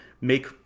make